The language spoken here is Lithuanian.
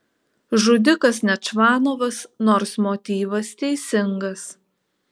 žudikas ne čvanovas nors motyvas teisingas